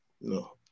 no